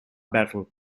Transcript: battle